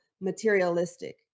materialistic